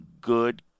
good